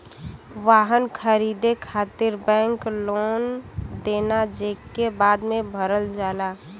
वाहन खरीदे खातिर बैंक लोन देना जेके बाद में भरल जाला